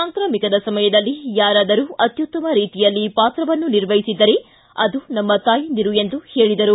ಸಾಂಕ್ರಾಮಿಕದ ಸಮಯದಲ್ಲಿ ಯಾರಾದರೂ ಅತ್ಯುತ್ತಮ ರೀತಿಯಲ್ಲಿ ಪಾತ್ರವನ್ನು ನಿರ್ವಹಿಸಿದ್ದರೆ ಅದು ನಮ್ಮ ತಾಯಂದಿರು ಎಂದು ಹೇಳಿದರು